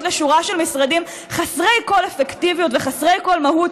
לשורה של משרדים חסרי כל אפקטיביות וחסרי כל מהות,